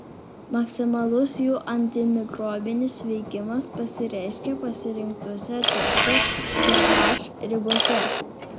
maksimalus jų antimikrobinis veikimas pasireiškia pasirinktose terpės ph ribose